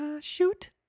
Shoot